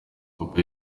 uko